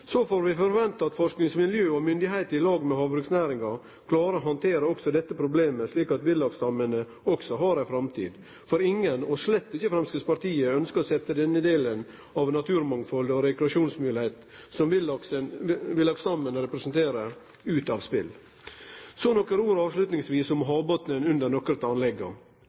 Så får vi forvente at forskingsmiljøet og myndigheitene, i lag med havbruksnæringa, klarer å handtere også dette problemet slik at villaksstamma også har ei framtid. For ingen, og slett ikkje Framstegspartiet, ønskjer å setje denne delen av naturmangfaldet og rekreasjonsmoglegheita som villaksstamma representerer, ut av spel. Så nokre ord til slutt om havbotnen under nokre av anlegga.